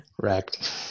correct